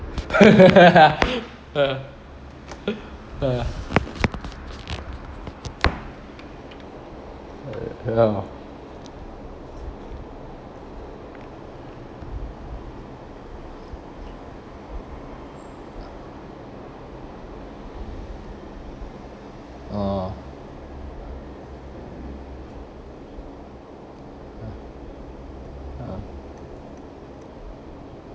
uh oh oh